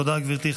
תודה, גברתי.